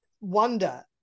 wonder